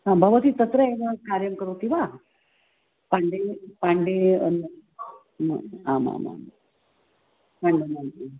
हा भवति तत्र एवं कार्यं करोति वा पाण्डे पाण्डे आमामां मध्ये